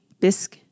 Bisc